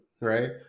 right